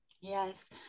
Yes